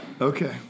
Okay